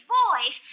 boys